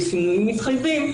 בשינויים מתחייבים,